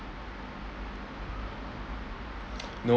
no